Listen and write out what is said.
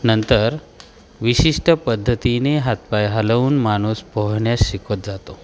नंतर विशिष्ट पद्धतीने हातपाय हलवून माणूस पोहण्यास शिकवत जातो